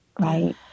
right